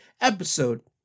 episode